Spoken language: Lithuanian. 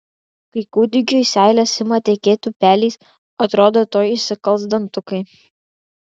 kai kūdikiui seilės ima tekėti upeliais atrodo tuoj išsikals dantukai